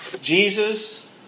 Jesus